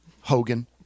Hogan